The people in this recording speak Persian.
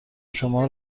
شما